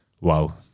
Wow